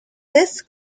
this